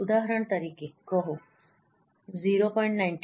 ઉદાહરણ તરીકે કહો 0